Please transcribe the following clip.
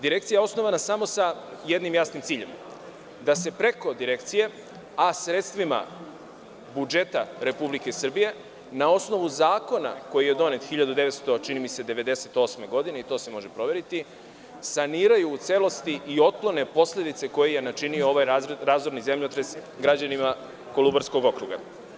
Direkcija je osnovana samo sa jednim jasnim ciljem, da se preko Direkcije, a sredstvima budžeta Republike Srbije, na osnovu zakona koji je donet, čini mi se, 1998. godine, to se može proveriti, saniraju u celosti i otklone posledice koje je načinio ovaj razorni zemljotres građanima Kolubarskog okruga.